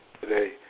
today